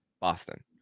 Boston